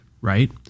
right